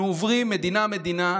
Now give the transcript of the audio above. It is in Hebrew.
אנחנו עוברים מדינה-מדינה,